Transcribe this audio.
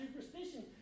superstition